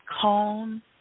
calm